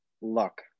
luck